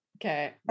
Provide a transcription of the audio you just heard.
okay